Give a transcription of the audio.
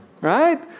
right